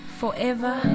forever